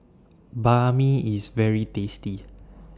Banh MI IS very tasty